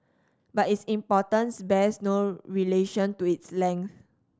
but its importance bears no relation to its length